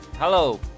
Hello